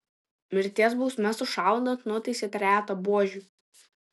mirties bausme sušaudant nuteisė trejetą buožių